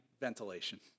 ventilation